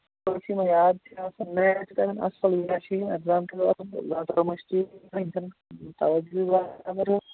یاد چھِ آسان میتھ چھِ کَران اَصٕل نہَ چھِ یِم اٮ۪کزام